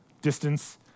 distance